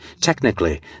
Technically